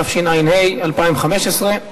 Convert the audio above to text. התשע"ה 2015,